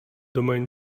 domain